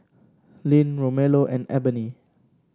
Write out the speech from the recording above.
Lynn Romello and Eboni